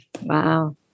Wow